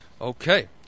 Okay